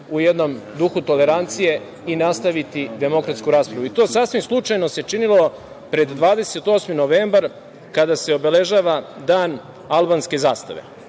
u jednom duhu tolerancije i nastaviti demokratsku raspravu. To se sasvim slučajno činilo pred 28. novembar, kada se obeležava Dan albanske zastave.